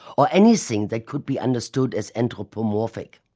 or anything that could be understood as anthropomorphic.